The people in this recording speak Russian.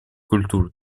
культур